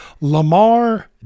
Lamar